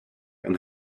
and